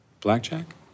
blackjack